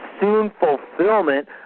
soon-fulfillment